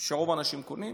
שרוב האנשים קונים.